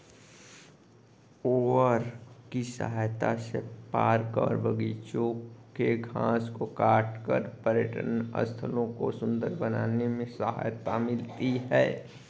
mower की सहायता से पार्क और बागिचों के घास को काटकर पर्यटन स्थलों को सुन्दर बनाने में सहायता मिलती है